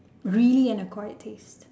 really an acquired taste